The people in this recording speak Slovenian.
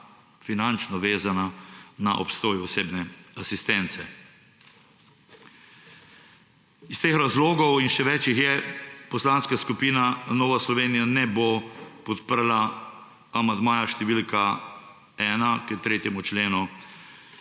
finančno vezana na obstoj osebne asistence. Zaradi teh razlogov, in še več jih je, Poslanska skupina Nova Slovenija ne bo podprla amandmaja številka 1 k 3. členu,